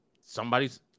Somebody's